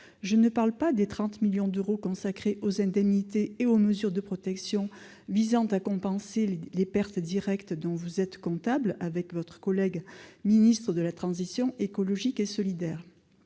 Je ne parle pas des 30 millions d'euros consacrés aux indemnités et aux mesures de protection visant à compenser les pertes directes, dont vous êtes comptable avec votre collègue le ministre de la transition écologique et solidaire